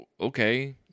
okay